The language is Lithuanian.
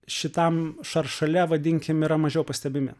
šitam šaršale vadinkim yra mažiau pastebimi